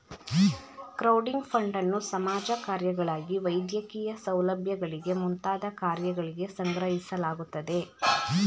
crowding ಫಂಡನ್ನು ಸಮಾಜ ಕಾರ್ಯಗಳಿಗೆ ವೈದ್ಯಕೀಯ ಸೌಲಭ್ಯಗಳಿಗೆ ಮುಂತಾದ ಕಾರ್ಯಗಳಿಗೆ ಸಂಗ್ರಹಿಸಲಾಗುತ್ತದೆ